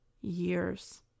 years